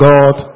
God